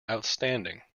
outstanding